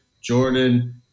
Jordan